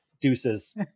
Deuces